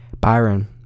Byron